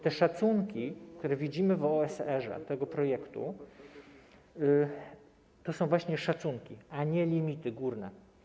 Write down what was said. Te szacunki, które widzimy w OSR tego projektu, to są właśnie szacunki, a nie limity górne.